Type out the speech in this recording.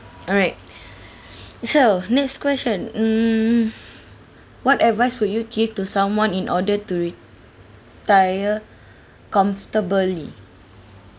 alright so next question mm what advice would you give to someone in order to retire comfortably